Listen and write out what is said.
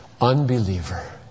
unbeliever